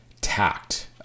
Tact